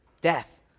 Death